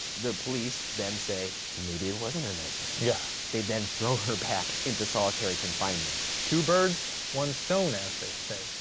the police then say maybe it wasn't a nightmare. yeah. they then throw her back into solitary confinement. two birds, one stone, as they say.